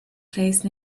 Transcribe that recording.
place